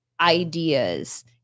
ideas